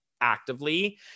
actively